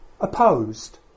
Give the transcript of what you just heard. opposed